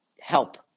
help